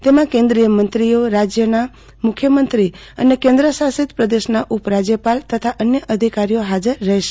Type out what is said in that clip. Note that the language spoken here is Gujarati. તેમાં કેન્દ્રીય મંત્રીઓ રાજયોના મુખ્યમંત્રી અને કેન્દ્ર શાસિત પ્રદેશના ઉપરાજયપાલ તથા અન્ય અધિકારીઓ હાજર રહેશે